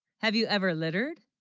have you ever littered